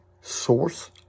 source